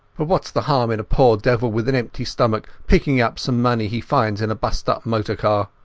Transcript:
whatas the harm in a poor devil with an empty stomach picking up some money he finds in a bust-up motor-car?